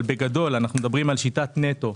בגדול, אנחנו מדברים על שיטת נטו,